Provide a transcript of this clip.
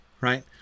right